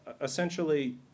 essentially